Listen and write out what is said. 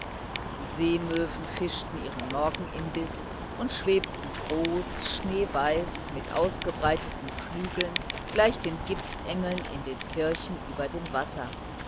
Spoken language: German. die seemöwen fischten ihren morgenimbiß und schwebten groß schneeweiß mit ausgebreiteten flügeln gleich den gipsengeln in den kirchen über dem wasser